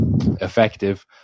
effective